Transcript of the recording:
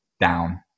down